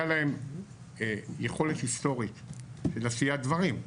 היה להם יכולת היסטורית של עשיית דברים.